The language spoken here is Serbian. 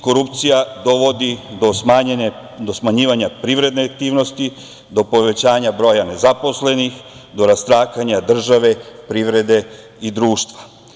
Korupcija dovodi do smanjivanja privredne aktivnosti, do povećanja broja nezaposlenih, do rastakanja države, privrede i društva.